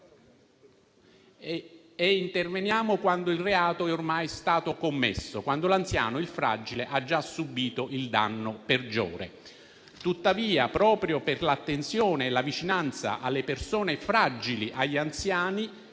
e interveniamo quando il reato è ormai stato commesso e l'anziano, il fragile, ha già subito il danno peggiore. Tuttavia, proprio per l'attenzione e la vicinanza alle persone fragili e agli anziani